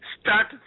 Start